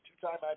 two-time